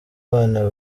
bana